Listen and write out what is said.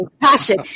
passion